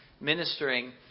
ministering